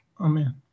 amen